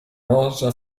rosa